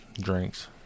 Drinks